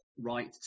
right